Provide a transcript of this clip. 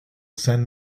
send